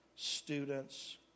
students